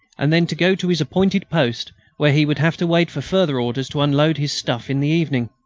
and then to go to his appointed post where he would have to wait for further orders to unload his stuff in the evening.